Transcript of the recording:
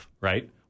right